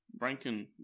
Rankin